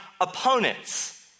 opponents